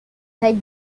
peg